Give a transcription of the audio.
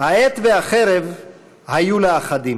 העט והחרב היו לאחדים